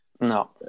No